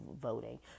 voting